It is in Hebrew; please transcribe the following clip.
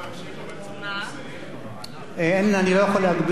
אני לא יכול להגביל את זמנו של שר בישראל.